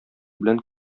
белән